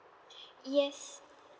yes